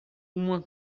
uma